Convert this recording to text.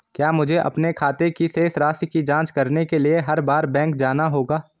क्या मुझे अपने खाते की शेष राशि की जांच करने के लिए हर बार बैंक जाना होगा?